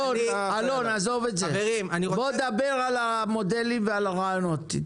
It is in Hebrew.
דבר על המודלים והרעיונות.